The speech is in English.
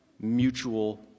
mutual